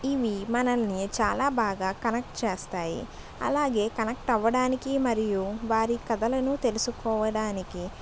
ఇవి మనల్ని చాలా బాగా కనెక్ట్ చేస్తాయి అలాగే కనెక్ట్ అవ్వడానికి మరియు వారి కథలను తెలుసుకోవడానికి